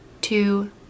two